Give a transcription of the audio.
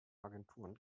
agenturen